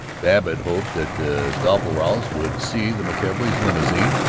babbitt hoped that the doppelbraus would see the mckelveys' limousine,